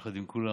יחד עם כולם,